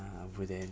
abuden